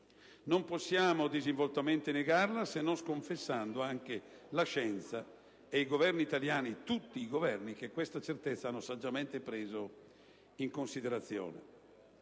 non possiamo disinvoltamente negarla, se non sconfessando anche la scienza e i Governi italiani - tutti i Governi - che questa certezza hanno saggiamente preso in considerazione.